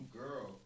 girl